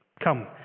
come